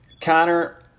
Connor